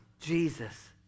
Jesus